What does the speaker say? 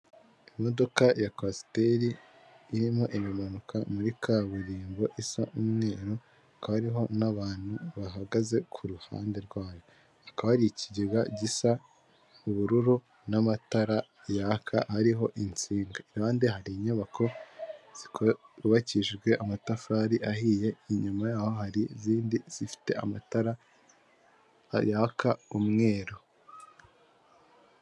Imodoka ya kwasiteri irimo iramanuka muri kaburimbo isa umweru, hakaba hariho n'abantu bahagaze kuruhande rwayo, hakaba hari ikigega gisa ubururu n'amatara yaka ariho insinga, irande hari inyubako zubakijwe amatafari ahiye inyuma yaho hari izindi zifite amatara a yaka umweru.